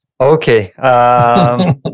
Okay